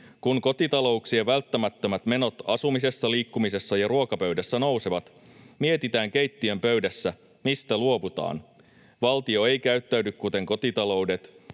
Kun kotitalouksien välttämättömät menot asumisessa, liikkumisessa ja ruokapöydässä nousevat, mietitään keittiönpöydässä, mistä luovutaan. Valtio ei käyttäydy kuten kotitaloudet,